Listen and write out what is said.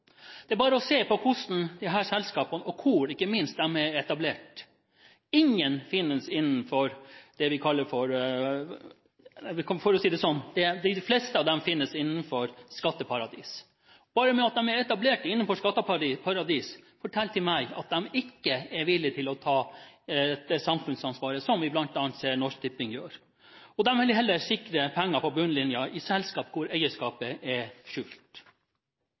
Det er bare å se på disse selskapene og ikke minst på hvor de er etablert. For å si det slik: De fleste av dem finnes i skatteparadiser. Bare det at de er etablert i skatteparadiser, forteller meg at de ikke er villige til å ta det samfunnsansvaret som vi bl.a. ser at Norsk Tipping gjør. De vil heller sikre penger på bunnlinjen i selskaper hvor eierskapet er skjult.